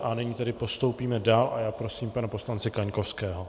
A nyní tedy postoupíme dál a já prosím pana poslance Kaňkovského.